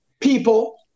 people